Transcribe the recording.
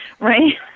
Right